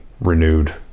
renewed